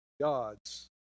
gods